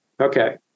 Okay